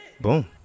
Boom